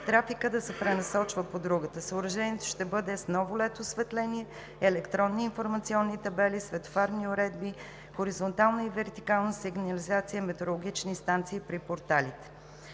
трафикът да се пренасочва по другата. Съоръжението ще бъде с ново LED осветление, електронни информационни табели, светофарни уредби, хоризонтална и вертикална сигнализация, метеорологични станции при порталите.